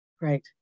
Right